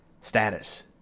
status